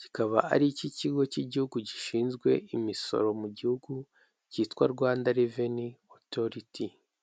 kikaba ari icy'ikigo cy'igihugu gishinzwe imisoro mu gihugu cyitwa Rwanda reveni otoriti.